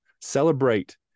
celebrate